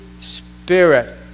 Spirit